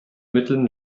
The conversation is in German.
mitteln